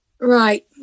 Right